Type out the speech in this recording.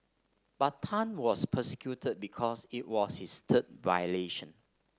but Tan was prosecuted because it was his third violation